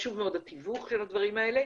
התיווך של הדברים האלה.